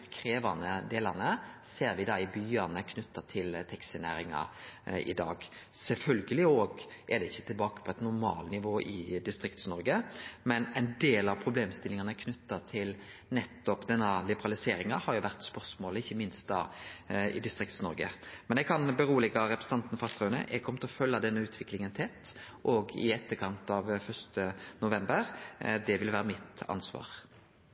krevjande delane knytte til taxinæringa i dag, ser me i byane. Sjølvsagt er ein ikkje tilbake på eit normalnivå i Distrikts-Noreg, men ein del av problemstillingane knytte til nettopp denne liberaliseringa, har vore spørsmålet, ikkje minst i Distrikts-Noreg. Men eg kan roa representanten Fasteraune: Eg kjem til å følgje denne utviklinga tett òg i etterkant av 1. november. Det vil vere mitt ansvar.